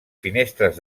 finestres